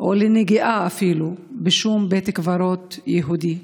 או אפילו נגיעה בשום בית קברות יהודי,